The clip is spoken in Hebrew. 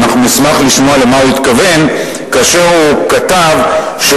אנחנו נשמח לשמוע למה הוא התכוון כאשר הוא כתב שהוא